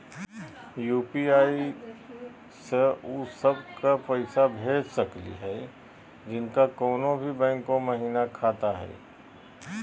UPI स उ सब क पैसा भेज सकली हई जिनका कोनो भी बैंको महिना खाता हई?